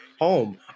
home